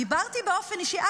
דיברתי באופן אישי.